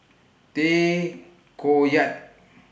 Tay Koh Yat